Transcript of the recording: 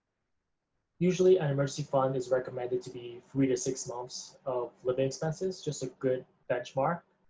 usually, an emergency fund is recommended to be three to six months of living expenses, just a good benchmark,